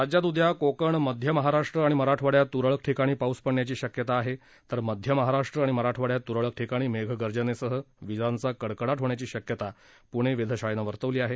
राज्यात उद्या कोकण मध्य महाराष्ट्र आणि मरठवाड्यात तुरळक ठिकाणी पाऊस पडण्याची शक्यता आहे तर मध्य महाराष्ट्र आणि मराठवाङ्यात तुरळक ठिकाणी मेघगर्जनेसह विजांचा कडकडाट होण्याची शक्यता पुणे वेधशाळेनं वर्तवली आहे